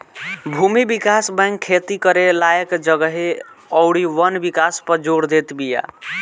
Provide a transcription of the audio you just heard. भूमि विकास बैंक खेती करे लायक जगह अउरी वन विकास पअ जोर देत बिया